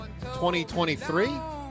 2023